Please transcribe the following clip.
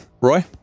roy